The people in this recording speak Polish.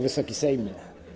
Wysoki Sejmie!